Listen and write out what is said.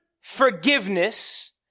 forgiveness